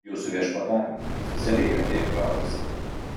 jūsų viešpatavimui oficialiai atėjo galas